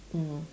mm